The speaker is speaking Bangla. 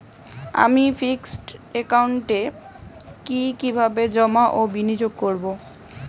আমি ফিক্সড একাউন্টে কি কিভাবে জমা ও বিনিয়োগ করব?